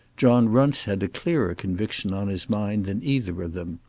john runce had a clearer conviction on his mind than either of them.